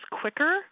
quicker